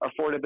Affordability